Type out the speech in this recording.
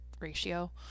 ratio